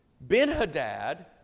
Ben-Hadad